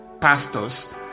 pastors